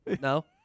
No